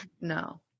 no